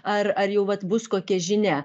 ar ar jau vat bus kokia žinia